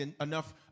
enough